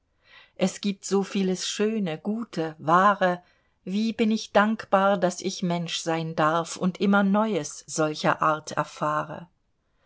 es gibt so vieles schöne gute wahre wie bin ich dankbar daß ich mensch sein darf und immer neues solcher art erfahre